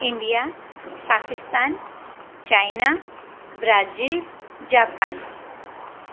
India Pakistan China Brazil Japan